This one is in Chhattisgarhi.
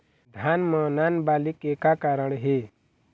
धान म नान बाली के का कारण हे?